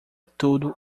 tudo